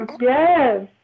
Yes